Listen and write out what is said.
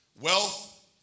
wealth